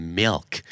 milk